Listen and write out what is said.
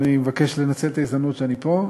אני מבקש לנצל את ההזדמנות שאני פה,